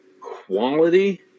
quality